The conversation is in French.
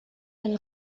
elle